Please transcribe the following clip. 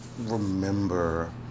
remember